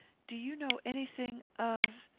do you know any thing of?